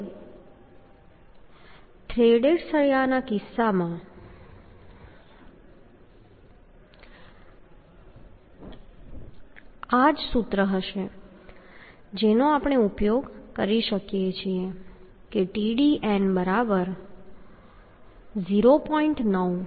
હવે થ્રેડેડ સળિયાના કિસ્સામાં પણ આ જ સૂત્ર હશે જેનો આપણે ઉપયોગ કરી શકીએ છીએ કે Tdn0